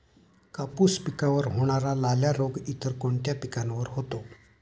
कापूस पिकावर होणारा लाल्या रोग इतर कोणत्या पिकावर होतो?